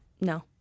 No